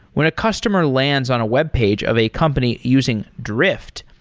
when a customer lands on a webpage of a company using drift,